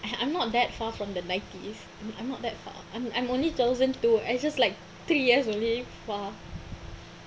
I'm not that far from the nineties I'm not that far I I'm only thousand two I just like three years only far